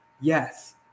Yes